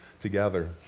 together